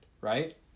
right